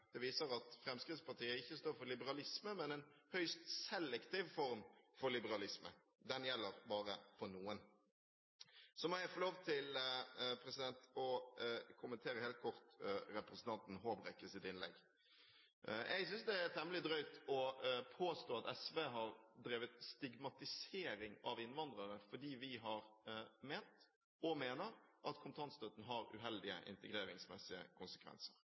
Det viser at Fremskrittspartiet ikke står for liberalisme, men en høyst selektiv form for liberalisme. Den gjelder bare for noen. Så må jeg helt kort få lov til å kommentere representanten Håbrekkes innlegg. Jeg synes det er temmelig drøyt å påstå at SV har drevet stigmatisering av innvandrere fordi vi har ment – og mener – at kontantstøtten har uheldige integreringsmessige konsekvenser.